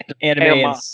anime